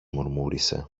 μουρμούρισε